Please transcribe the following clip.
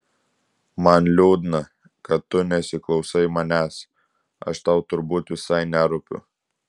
man liūdna kad tu nesiklausai manęs aš tau turbūt visai nerūpiu